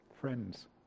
Friends